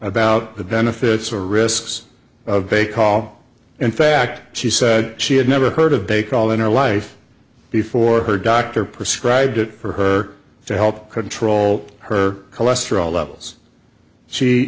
about the benefits or risks of a call in fact she said she had never heard of bake all in her life before her doctor prescribed it for her to help control her cholesterol levels she